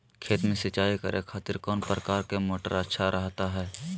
खेत में सिंचाई करे खातिर कौन प्रकार के मोटर अच्छा रहता हय?